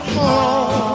home